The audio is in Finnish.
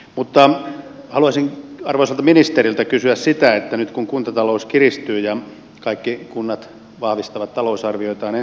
mutta haluaisin arvoisalta ministeriltä kysyä siitä että nyt kuntatalous kiristyy ja kaikki kunnat vahvistavat talousarvioitaan ensi vuodelle